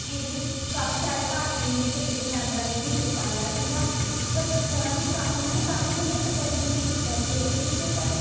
ਇਹਦੇ ਵਿੱਚ ਕਾਫੀ ਸਾਰੇ ਭਾਰਤੀਆਂ ਦੇ ਕ੍ਰਿਕਟ ਮੈਂਬਰਾਂ ਨੇ ਵੀ ਹਿੱਸਾ ਲਿਆ ਸੀਗਾ ਪਰ ਉਹਨਾਂ ਦੀ ਉਹਨਾਂ ਨੇ ਕਾਫੀ ਵਧੀਆ ਪ੍ਰਦਰਸ਼ਨ ਵੀ ਕੀਤਾ ਸੀ ਇਹਦੇ ਵਿੱਚ ਪਰ